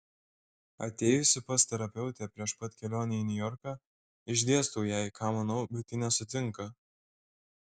atėjusi pas terapeutę prieš pat kelionę į niujorką išdėstau jai ką manau bet ji nesutinka